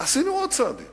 עשינו עוד צעדים